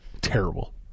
terrible